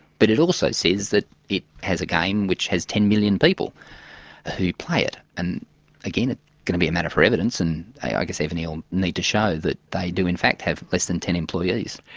but it also says that it has a game which has ten million people who play it. and again, it's going to be a matter for evidence, and i ah guess evony will need to show that they do in fact have less than ten employees.